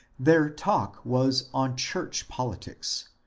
their talk was on church politics,